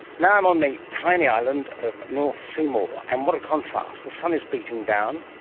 now i'm on the tiny island of north seymour, and what a contrast. the sun is beating down,